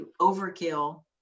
overkill